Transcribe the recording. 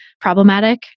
problematic